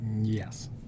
Yes